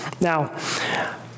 Now